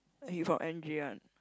he from N_J one